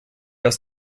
aus